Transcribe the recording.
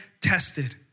tested